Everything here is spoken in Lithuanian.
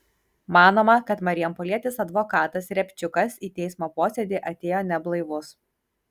manoma kad marijampolietis advokatas riabčiukas į teismo posėdį atėjo neblaivus